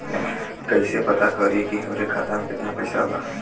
कइसे पता करि कि हमरे खाता मे कितना पैसा बा?